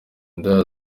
indaya